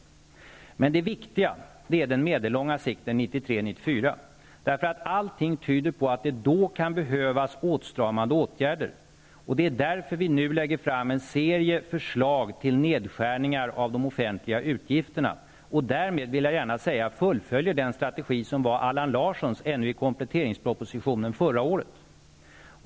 Det viktiga är perspektivet på meddellång sikt, 1993/94, därför att allting tyder på att det då kan behövas åtstramande åtgärder. Det är därför som vi nu lägger fram en serie förslag till nedskärningar av de offentliga utgifterna. Därmed fullföljer vi den strategi som var Allan Larssons ännu i kompletteringspropositionen förra året.